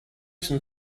some